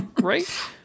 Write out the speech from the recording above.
Right